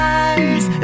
eyes